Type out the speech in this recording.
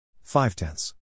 Five-tenths